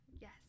Yes